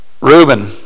Reuben